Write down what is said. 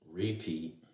repeat